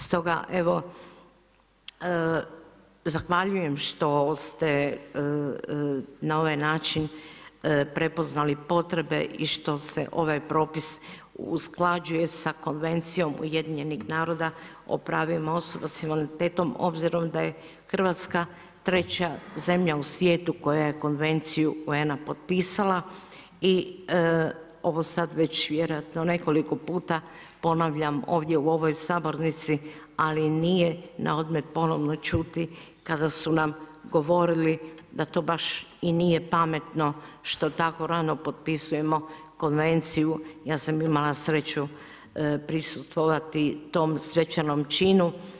Stoga zahvaljujem što ste na ovaj način prepoznali potrebe i što se ovaj propis usklađuje sa Konvencijom UN-a o pravima osoba s invaliditetom obzirom da je Hrvatska treća zemlja u svijetu koja je konvenciju UN-a potpisala i ovo već sada vjerojatno već nekoliko puta ponavljam ovdje u ovoj sabornici, ali nije na odmet ponovno čuti kada su nam govorili da to baš i nije pametno što tako rano potpisujemo konvenciju, ja sam imala sreću prisustvovati tom svečanom činu.